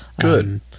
Good